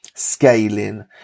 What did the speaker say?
scaling